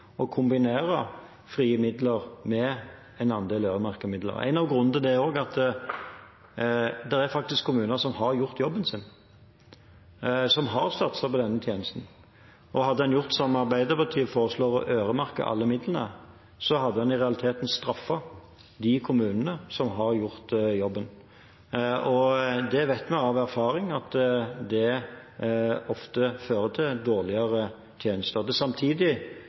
kombinere frie midler med en andel øremerkede midler. En av grunnene til det er at det er faktisk kommuner som har gjort jobben sin, som har satset på denne tjenesten. Hadde en gjort som Arbeiderpartiet foreslår, og øremerket alle midlene, hadde en i realiteten straffet de kommunene som har gjort jobben. Det vet vi av erfaring at ofte fører til dårligere tjenester. Samtidig